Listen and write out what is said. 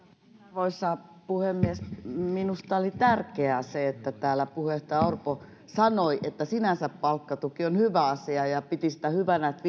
arvoisa puhemies minusta oli tärkeää että täällä puheenjohtaja orpo sanoi että sinänsä palkkatuki on hyvä asia ja piti sitä hyvänä että